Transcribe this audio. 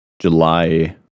July